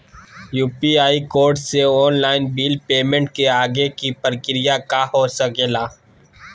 UPI code से online bill payment के आगे के प्रक्रिया का हो सके ला?